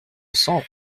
cents